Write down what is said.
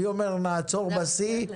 אני אומר: נעצור בשיא.